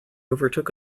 overtook